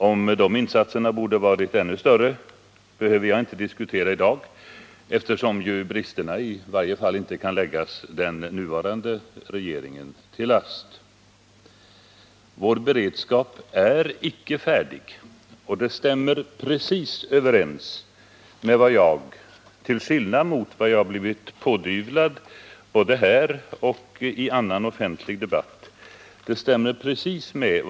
Om de insatserna borde ha varit ännu större behöver jag inte debattera i dag, eftersom bristerna i varje fall inte kan läggas den nuvarande regeringen till last. Vår beredskap är icke färdig. Det stämmer precis med vad jag sade den 30 november förra året, trots vad jag blivit pådyvlad i både den här debatten och i annan offentlig debatt.